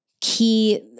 key